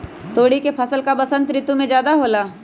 तोरी के फसल का बसंत ऋतु में ज्यादा होला?